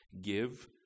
give